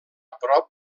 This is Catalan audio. prop